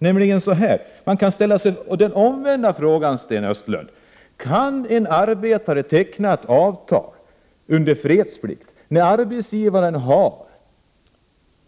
Omvänt kan man också fråga: Kan en arbetare teckna avtal under fredsplikt, när arbetsgivaren har